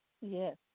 Yes